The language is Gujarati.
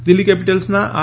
દિલ્ફી કેપીટલ્સના આર